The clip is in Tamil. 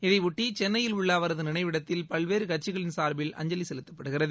இதையொட்டி சென்னையில் உள்ள அவரது நினைவிடத்தில் பல்வேறு கட்சிகளின் சார்பில் அஞ்சலி செலுத்தப்படுகிறது